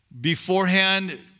beforehand